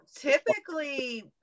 Typically